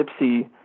Gypsy